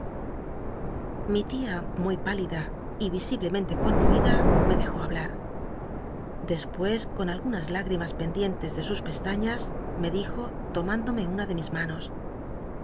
mi tia muy pálida y visiblemente conmovida me dejó hablar despues con algunas lágrimas pendientes de sus pestañas me dijo tomándome una de mis manos